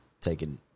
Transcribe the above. taking